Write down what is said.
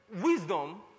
wisdom